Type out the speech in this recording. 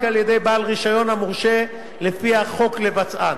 על-ידי בעל רשיון המורשה לפי החוק לבצען.